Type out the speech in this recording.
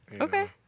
Okay